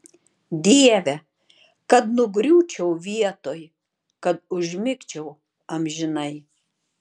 dieve kad nugriūčiau vietoj kad užmigčiau amžinai